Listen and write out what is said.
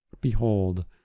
Behold